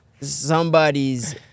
somebody's